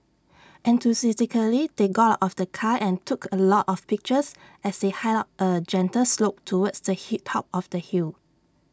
enthusiastically they got out of the car and took A lot of pictures as they hiked up A gentle slope towards the top of the hill